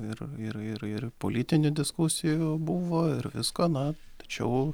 ir ir ir ir politinių diskusijų buvo ir visko na tačiau